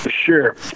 Sure